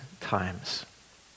times